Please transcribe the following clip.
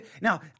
now